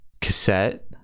cassette